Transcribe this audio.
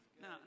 Now